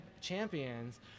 champions